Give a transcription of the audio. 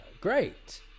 Great